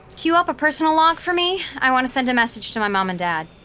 cue up a personal log for me, i want to send a message to my mom and dad.